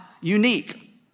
unique